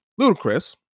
Ludacris